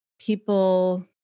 people